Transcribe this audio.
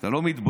אתה לא מתבייש.